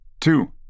two